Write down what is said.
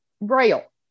Braille